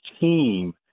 team